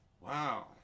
Wow